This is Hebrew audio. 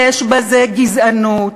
יש בזה גזענות,